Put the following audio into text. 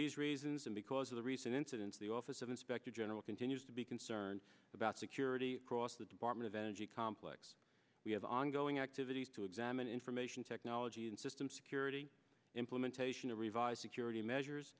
these reasons and because of the recent incidents the office of inspector general continues to be concerned about security across the department of energy complex we have ongoing activities to examine information technology and system security implementation a revised security measures